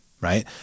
right